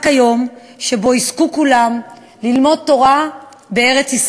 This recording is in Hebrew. היום שבו יזכו כולם ללמוד תורה בארץ-ישראל.